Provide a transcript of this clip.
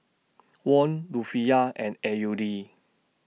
Won Rufiyaa and A U D